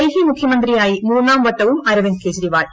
ഡൽഹി മുഖ്യമന്ത്രിയായി മൂന്നാം വട്ടവും അരവിന്ദ് കെജ്രിവാൾ